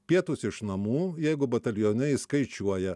pietūs iš namų jeigu batalione įskaičiuoja